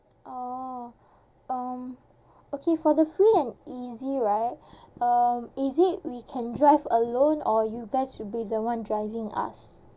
orh um okay for the free and easy right um is it we can drive alone or you guys would be the one driving us